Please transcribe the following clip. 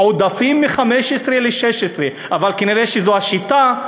עודפים מ-2015 ל-2016, אבל כנראה זו השיטה,